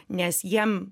nes jiem